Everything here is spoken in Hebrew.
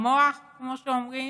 המוח, כמו שאומרים,